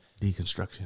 Deconstruction